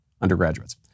undergraduates